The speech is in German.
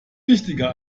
wichtiger